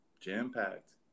jam-packed